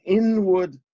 inward